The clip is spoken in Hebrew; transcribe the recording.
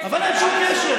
אבל אין שום קשר.